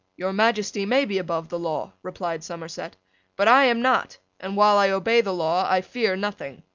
your majesty may be above the law, replied somerset but i am not and, while i obey the law, i fear nothing.